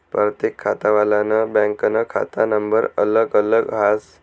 परतेक खातावालानं बँकनं खाता नंबर अलग अलग हास